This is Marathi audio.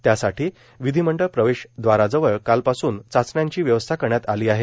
त्यासाठी विधिमंडळ प्रवेशद्वारजवळ कालपासून चाचण्यांची व्यवस्था करण्यात आली आहे